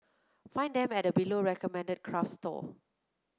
find them at the below recommended craft store